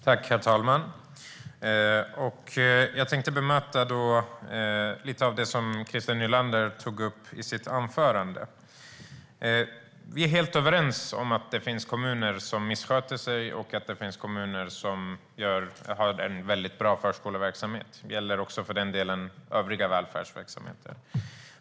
Herr talman! Jag tänkte bemöta lite av det som Christer Nylander tog upp i sitt anförande. Vi är helt överens om att det finns kommuner som missköter sig och att det finns kommuner som har en bra förskoleverksamhet. Det gäller för den delen också övriga välfärdsverksamheter.